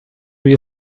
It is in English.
you